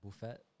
Buffet